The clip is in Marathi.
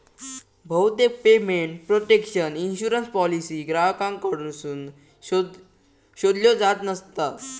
बहुतेक पेमेंट प्रोटेक्शन इन्शुरन्स पॉलिसी ग्राहकांकडसून शोधल्यो जात नसता